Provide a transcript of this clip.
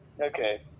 Okay